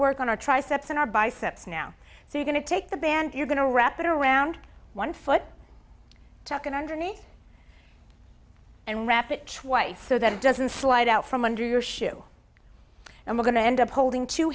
work on our triceps and our biceps now so you going to take the band you're going to wrap it around one foot tuck it underneath and wrap it twice so that it doesn't slide out from under your shoe and we're going to end up holding two